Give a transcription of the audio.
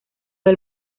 del